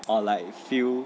or like feel